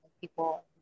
people